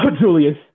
Julius